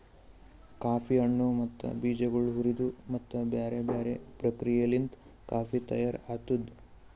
coffee ಹಣ್ಣು ಮತ್ತ ಬೀಜಗೊಳ್ ಹುರಿದು ಮತ್ತ ಬ್ಯಾರೆ ಬ್ಯಾರೆ ಪ್ರಕ್ರಿಯೆಲಿಂತ್ ಕಾಫಿ ತೈಯಾರ್ ಆತ್ತುದ್